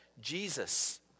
Jesus